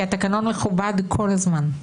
כי התקנון מכובד כל הזמן.